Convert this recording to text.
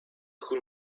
who